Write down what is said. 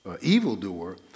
evildoer